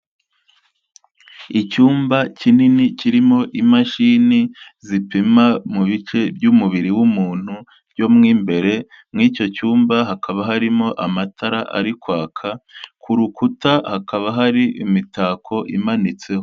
Icyumba kinini kirimo imashini zipima mu bice by'umubiri w'umuntu byo mu imbere, muri icyo cyumba hakaba harimo amatara ari kwaka, ku rukuta hakaba hari imitako imanitseho.